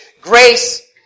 grace